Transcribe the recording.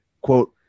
quote